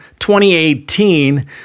2018